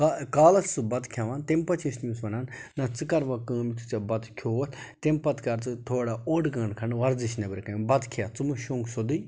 کا کالَس چھِ سُہ بَتہٕ کھٮٚوان تمہِ پَتہ چھِ أسۍ تمِس وَنان نہٕ ژٕ کَر وٕ کٲم یُتھٕے ژےٚ بَتہٕ کھیٚوت تمہِ پَتہٕ کر ژٕ تھوڑا اوٚڈ گنٛٹہٕ کھنٛڈ ورزِش نٮ۪برٕ کَنہِ بَتہٕ کھیٚتھ ژٕ مہ شونٛگ سیٚودٕے